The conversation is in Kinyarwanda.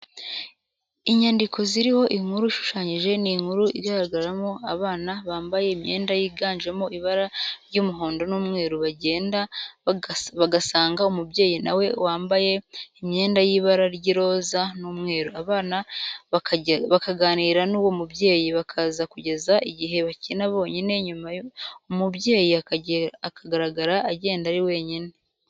Inyandiko ziriho inkuru ishushanyije ni inkuru igaragaramo abana bambaye imyenda yiganjemo ibara ry'umuhondo n'umweru, bagenda bagasanga umubyeyi nawe wambaye imyenda y'ibara ry'iroza n'umweru, abana bakaganira n'uwo mubyeyi, bakaza kugeza igihe bakina bonyine nyuma umubyeyi akagaragara agenda ari wenyine.